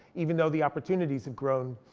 even though the opportunities have grown.